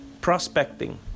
prospecting